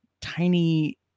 tiny